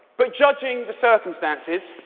but judging the circumstances,